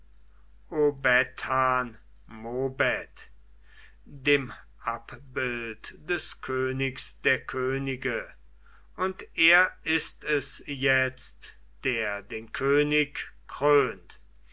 dem abbild des königs der könige und er ist es jetzt der den könig